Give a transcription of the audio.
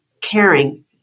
caring